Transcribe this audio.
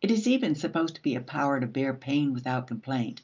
it is even supposed to be a power to bear pain without complaint.